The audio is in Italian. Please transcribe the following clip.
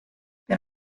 per